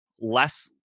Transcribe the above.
less